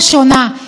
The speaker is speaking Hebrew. זה נכון,